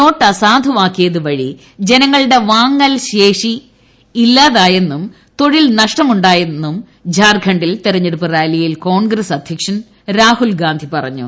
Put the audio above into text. not അസാധുവാക്കിയത് വഴി ജനങ്ങളുടെ വാങ്ങൽ ശേഷി ഇല്ലാതായെന്നും തൊഴിൽ നഷ്ടമു ായെന്നും ജാർഖണ്ഡിൽ തെരഞ്ഞെടുപ്പ് റാലിയിൽ കോൺഗ്രസ് അധ്യക്ഷൻ രാഹുൽഗാന്ധി പറഞ്ഞു